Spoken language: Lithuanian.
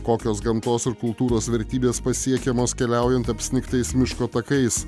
kokios gamtos ir kultūros vertybės pasiekiamos keliaujant apsnigtais miško takais